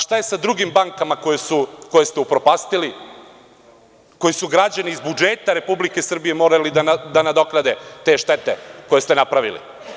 Šta je sa drugim bankama koje ste upropastili, koje su građani iz budžeta Republike Srbije morali, odnosno da nadoknade te štete koje ste napravili?